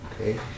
Okay